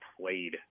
played